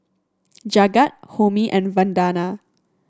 Jagat Homi and Vandana